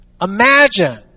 Imagine